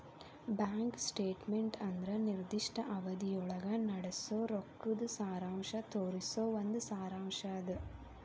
bank statement ಅಂದ್ರ ನಿರ್ದಿಷ್ಟ ಅವಧಿಯೊಳಗ ನಡಸೋ ರೊಕ್ಕದ್ ಸಾರಾಂಶ ತೋರಿಸೊ ಒಂದ್ ಸಾರಾಂಶ್ ಅದ